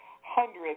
hundreds